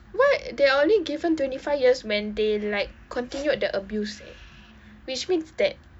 what they are only given twenty five years when they like continued the abuse leh which means that